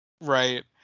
Right